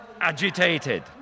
agitated